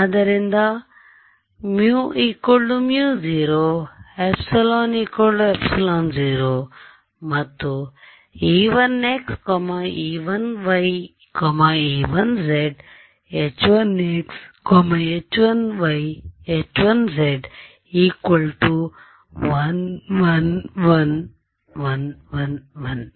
ಆದ್ದರಿಂದ μ μ0 ε ε0 ಮತ್ತು e1x e1y e1z h1x h1y h1z 1 1 1 1 1 1